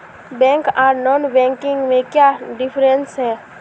Bank आर non banking में क्याँ डिफरेंस है?